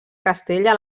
castella